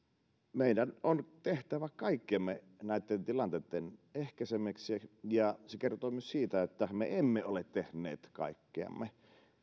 meidän on tehtävä kaikkemme näitten tilanteitten ehkäisemiseksi ja se kertoo myös siitä että me emme ole tehneet kaikkeamme